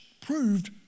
proved